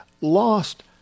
lost